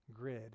grid